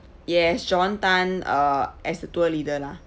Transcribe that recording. yes john tan uh as a tour leader lah